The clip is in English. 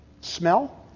smell